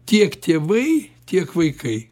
tiek tėvai tiek vaikai